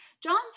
John's